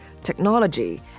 technology